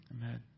Amen